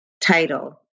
title